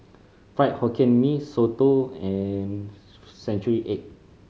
Fried Hokkien Mee Soto and century egg